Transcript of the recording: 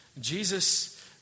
Jesus